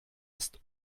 ist